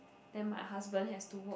then my husband has to work